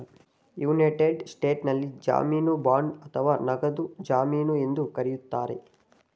United ಸ್ಟೇಟ್ಸ್ನಲ್ಲಿ ಜಾಮೀನು bond ಅಥವಾ ನಗದು ಜಮೀನು ಎಂದು ಕರೆಯುತ್ತಾರೆ